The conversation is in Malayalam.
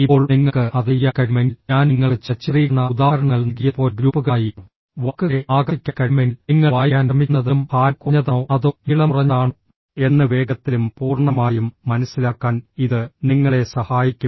ഇപ്പോൾ നിങ്ങൾക്ക് അത് ചെയ്യാൻ കഴിയുമെങ്കിൽ ഞാൻ നിങ്ങൾക്ക് ചില ചിത്രീകരണ ഉദാഹരണങ്ങൾ നൽകിയതുപോലെ ഗ്രൂപ്പുകളായി വാക്കുകളെ ആകർഷിക്കാൻ കഴിയുമെങ്കിൽ നിങ്ങൾ വായിക്കാൻ ശ്രമിക്കുന്നതെന്തും ഭാരം കുറഞ്ഞതാണോ അതോ നീളം കുറഞ്ഞതാണോ എന്ന് വേഗത്തിലും പൂർണ്ണമായും മനസ്സിലാക്കാൻ ഇത് നിങ്ങളെ സഹായിക്കും